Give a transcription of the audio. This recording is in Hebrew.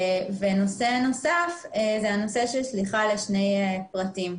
נושא נוסף הוא הנושא של שליחה לשני פרטים.